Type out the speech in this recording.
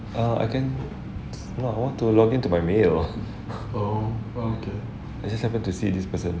ah I can no I want to log in to my mail I just happen to see this person